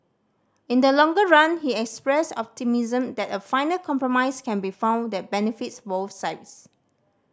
in the longer run he expressed optimism that a final compromise can be found that benefits both sides